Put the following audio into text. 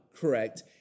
correct